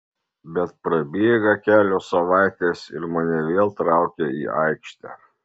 bet prabėga kelios savaitės ir mane vėl traukia į aikštę